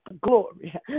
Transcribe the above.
Glory